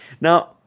Now